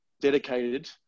dedicated